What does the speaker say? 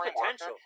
potential